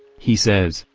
he says,